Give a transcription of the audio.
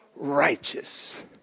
righteous